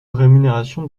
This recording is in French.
rémunération